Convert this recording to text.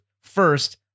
first